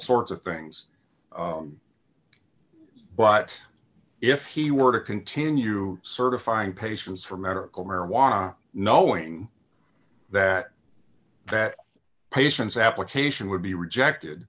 sorts of things but if he were to continue certifying patients for medical marijuana knowing that that patient's application would be rejected